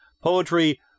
Poetry